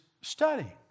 studying